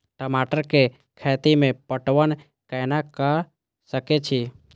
टमाटर कै खैती में पटवन कैना क सके छी?